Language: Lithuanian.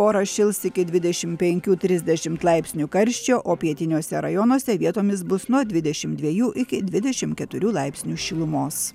oras šils iki dvidešimt penkių trisdešimt laipsnių karščio o pietiniuose rajonuose vietomis bus nuo dvidešimt dviejų iki dvidešimt keturių laipsnių šilumos